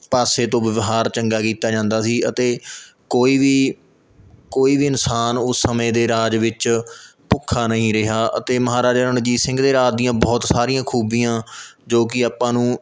ਪਾਸੇ ਤੋਂ ਵਿਵਹਾਰ ਚੰਗਾ ਕੀਤਾ ਜਾਂਦਾ ਸੀ ਅਤੇ ਕੋਈ ਵੀ ਕੋਈ ਵੀ ਇਨਸਾਨ ਉਸ ਸਮੇਂ ਦੇ ਰਾਜ ਵਿੱਚ ਭੁੱਖਾ ਨਹੀਂ ਰਿਹਾ ਅਤੇ ਮਹਾਰਾਜਾ ਰਣਜੀਤ ਸਿੰਘ ਦੇ ਰਾਜ ਦੀਆਂ ਬਹੁਤ ਸਾਰੀਆਂ ਖੂਬੀਆਂ ਜੋ ਕਿ ਆਪਾਂ ਨੂੰ